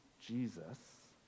Jesus